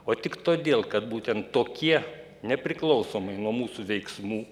o tik todėl kad būtent tokie nepriklausomai nuo mūsų veiksmų